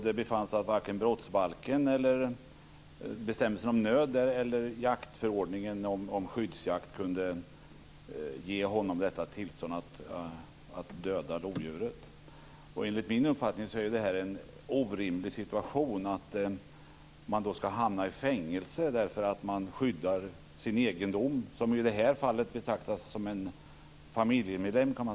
Det befanns att varken brottsbalken, bestämmelsen om nöd eller jaktförordningen om skyddsjakt kunde ge honom detta tillstånd att döda lodjuret. Enligt min uppfattning är det en orimlig situation att man ska hamna i fängelse därför att man skyddar sin egendom, som i det här fallet betraktas som en familjemedlem.